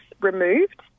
removed